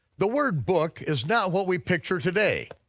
the word book is not what we picture today.